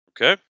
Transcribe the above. Okay